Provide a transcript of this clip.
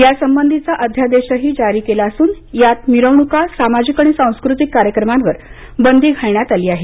या संबंधीचा अध्यादेशही जारी केला असून यात मिरवणूका सामाजिक आणि सांस्कृतिक कार्यक्रमांना बंदी घालण्यात आली आहे